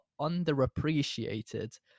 underappreciated